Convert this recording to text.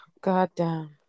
goddamn